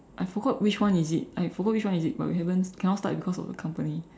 I forgot which one is it I forgot which one is it but we haven't cannot start because of the company